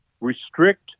Restrict